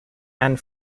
and